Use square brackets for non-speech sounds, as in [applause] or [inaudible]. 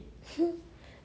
[noise]